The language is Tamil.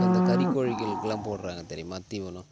இப்போ இந்தக் கறிக்கோழிகளுக்கெல்லாம் போடுறாங்க தெரியுமா தீவனம்